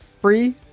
free